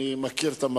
אני אבדוק את זה.